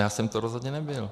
Já jsem to rozhodně nebyl.